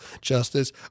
justice